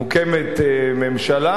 מוקמת ממשלה,